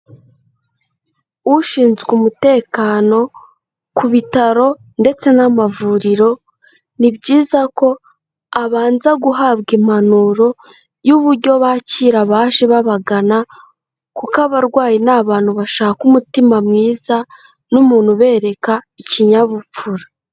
Ushinzwe umutekano ku bitaro ndetse n'amavuriro, ni byiza ko abanza guhabwa impanuro y'uburyo bakira abaje babagana kuko abarwayi ni abantu bashaka umutima mwiza n'umuntu ubereka ikinyabupfura.